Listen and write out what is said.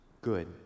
good